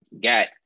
got